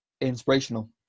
inspirational